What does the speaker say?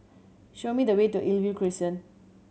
show me the way to Crescent